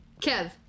Kev